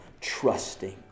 trusting